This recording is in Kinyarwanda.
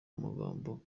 amagambo